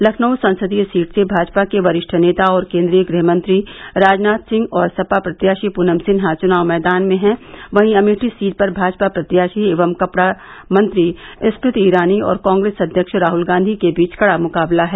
लखनऊ संसदीय सीट से भाजपा के वरिष्ठ नेता और केन्द्रीय गृहमंत्री राजनाथ सिंह और सपा प्रत्याशी पूनम सिन्हा चुनाव मैदान में हैं वहीं अमेठी सीट पर भाजपा प्रत्याशी एवं कपड़ा मंत्री स्मृति ईरानी और कांप्रेस अध्यक्ष राहुल गांधी के बीच कड़ा मुकाबला है